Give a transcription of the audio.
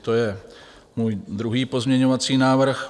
To je můj druhý pozměňovací návrh.